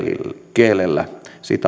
kielellä